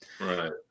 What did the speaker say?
Right